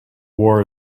war